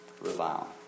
revile